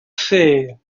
sale